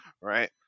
right